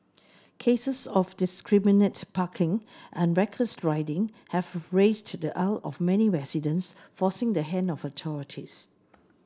cases of indiscriminate parking and reckless riding have raised the ire of many residents forcing the hand of authorities